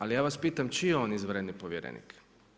Ali ja vas pitam čiji je on izvanredni povjerenik?